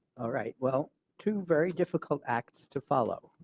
all right, well two, very difficult acts to follow.